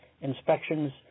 inspections